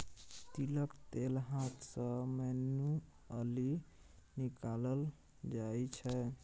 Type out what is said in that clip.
तिलक तेल हाथ सँ मैनुअली निकालल जाइ छै